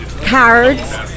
Cards